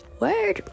Word